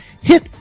Hit